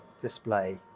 display